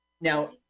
Now